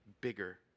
bigger